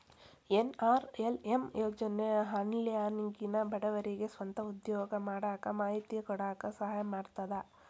NRLM ಯೋಜನೆ ಹಳ್ಳ್ಯಾಗಿನ ಬಡವರಿಗೆ ಸ್ವಂತ ಉದ್ಯೋಗಾ ಮಾಡಾಕ ಮಾಹಿತಿ ಕೊಡಾಕ ಸಹಾಯಾ ಮಾಡ್ತದ